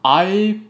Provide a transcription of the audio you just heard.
I